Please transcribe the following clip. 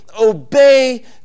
obey